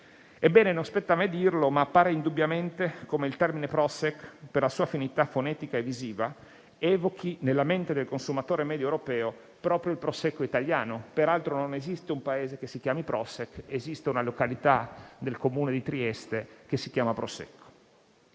Ebbene, non spetta a me dirlo, ma appare indubbiamente come il termine Prošek, per la sua affinità fonetica e visiva, evochi nella mente del consumatore medio europeo proprio il prosecco italiano. Peraltro, non esiste un paese che si chiami Prošek, mentre esiste una località nel Comune di Trieste che si chiama Prosecco.